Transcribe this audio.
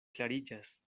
klariĝas